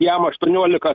jam aštuoniolika